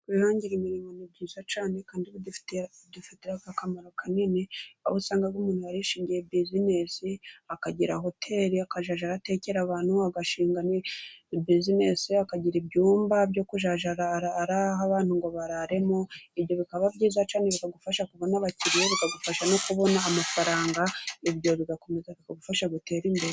Kwihangira imirimo ni byiza cyane kandi bidufitiye akakamaro kanini, aho usanga umuntu yarishingiye bizinesi akagira hoteri akazajya atekera abantu, agashinga bizinesi akagira ibyumba byo kuzajya araha abantu ngo bararemo, ibyo bikaba byiza cyane bikagufasha kubona abakiriya, bikagufasha no kubona amafaranga ibyo bigakomeza bikagufasha gutera imbere.